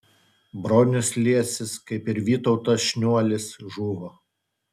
bronius liesis kaip ir vytautas šniuolis žuvo